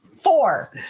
four